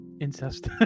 incest